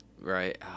right